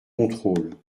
contrôle